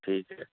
ਠੀਕ ਹੈ